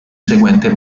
seguente